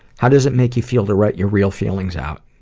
how does it make you feel to write your real feelings out?